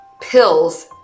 pills